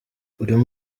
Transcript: urimo